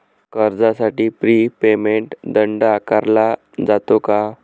कर्जासाठी pre payment दंड आकारला जातो का?